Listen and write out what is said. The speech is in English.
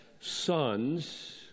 sons